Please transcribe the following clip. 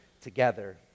together